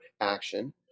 action